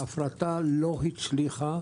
ההפרטה לא הצליחה,